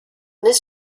this